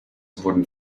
wurden